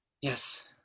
Yes